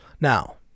Now